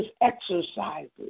exercises